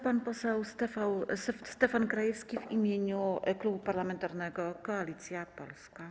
Pan poseł Stefan Krajewski w imieniu Klubu Parlamentarnego Koalicja Polska.